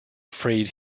freed